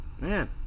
man